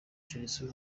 chelsea